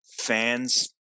fans